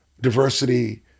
diversity